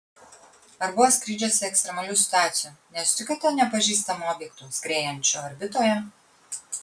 ar buvo skrydžiuose ekstremalių situacijų nesutikote nepažįstamų objektų skriejančių orbitoje